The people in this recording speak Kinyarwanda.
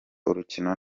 urukino